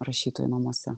rašytojų namuose